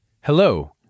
Hello